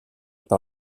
par